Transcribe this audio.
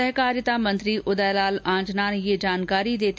सहकारिता मंत्री उदयलाला आंजना ने ये जानकारी दी